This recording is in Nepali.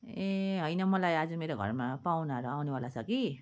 ए होइन मलाई आज मेरो घरमा पाहुनाहरू आउनेवाला छ कि